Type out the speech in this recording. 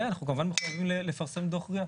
ואנחנו כמובן מחויבים לפרסם דוח מדויק.